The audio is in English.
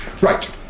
Right